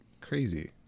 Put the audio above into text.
crazy